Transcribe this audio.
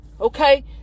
Okay